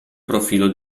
profilo